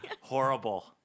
Horrible